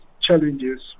challenges